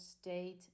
state